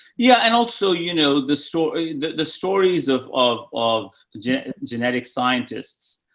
yeah. and also, you know, the story, the the stories of, of, of genetic genetic scientists,